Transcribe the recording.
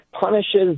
punishes